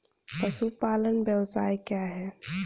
पशुपालन व्यवसाय क्या है?